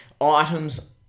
items